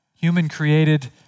human-created